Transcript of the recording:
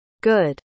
Good